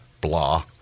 blah